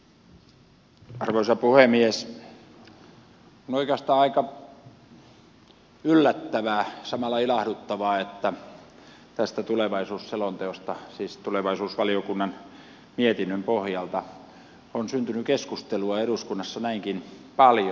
on oikeastaan aika yllättävää samalla ilahduttavaa että tästä tulevaisuusselonteosta siis tulevaisuusvaliokunnan mietinnön pohjalta on syntynyt keskustelua eduskunnassa näinkin paljon